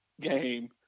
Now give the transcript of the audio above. game